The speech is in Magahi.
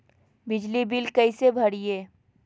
बिजली बिल कैसे भरिए?